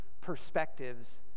perspectives